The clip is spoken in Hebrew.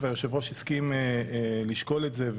והיושב-ראש הסכים לשקול את זה,